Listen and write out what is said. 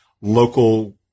local